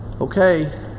okay